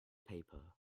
paper